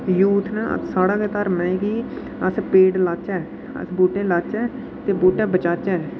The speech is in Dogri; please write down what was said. यूथ न साढ़ा गै धर्म ऐ कि अस पेड़ लाचै बूह्टे लाचै ते बूह्टे बचाचै